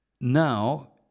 Now